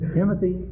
Timothy